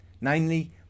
namely